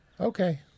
Okay